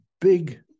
big